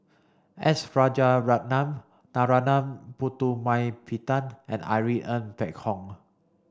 S Rajaratnam Narana Putumaippittan and Irene Ng Phek Hoong